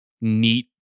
neat